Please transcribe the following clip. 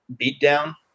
Beatdown